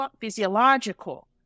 physiological